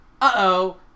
uh-oh